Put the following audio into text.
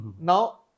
now